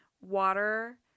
water